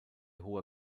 hoher